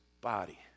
body